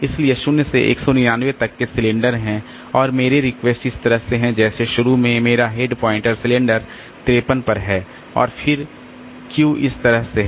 इसलिए 0 से 199 तक के सिलेंडर हैं और मेरे रिक्वेस्ट इस तरह से हैं जैसे शुरू में मेरा हेड पॉइंटर सिलेंडर 53 पर है और फिर कतार इस तरह है